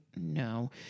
no